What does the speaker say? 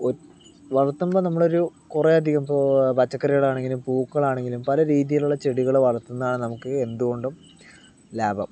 വളർത്തുമ്പോൾ നമ്മളൊരൂ കുറേ അധികം ഇപ്പോ പച്ചക്കറികളാണെങ്കിലും പൂക്കളാണെങ്കിലും പല രീതിയിലുള്ള ചെടികള് വളർത്തുന്നതാണ് നമുക്ക് എന്തുകൊണ്ടും ലാഭം